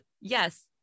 yes